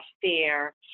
fair